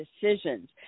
decisions